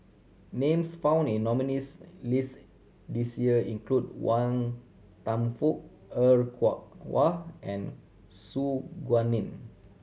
names found in nominees' list this year include Wan Kam Fook Er Kwong Wah and Su Guaning